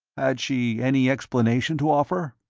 had she any explanation to offer?